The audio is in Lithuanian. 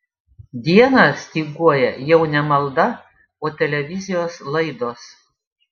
dieną styguoja jau ne malda o televizijos laidos